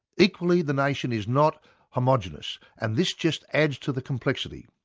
equally the nation is not homogeneous and this just adds to the complexity.